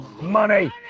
money